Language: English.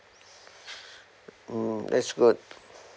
hmm that's good